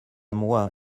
moi